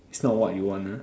it's not what you want ah